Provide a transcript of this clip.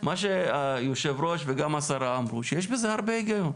מה שיושב הראש וגם השרה אמרו, שיש בזה הרבה הגיון.